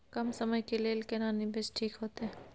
कम समय के लेल केना निवेश ठीक होते?